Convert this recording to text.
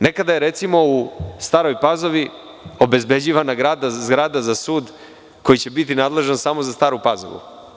Nekada je recimo u Staroj Pazovi obezbeđivana zgrada za sud koji će biti nadležan samo za Staru Pazovu.